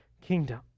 kingdom